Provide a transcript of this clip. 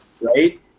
Right